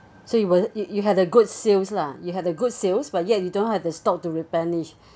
so you will you you had a good sales lah you had a good sales but yet you don't have the stock to replenish